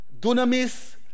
Dunamis